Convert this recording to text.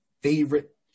favorite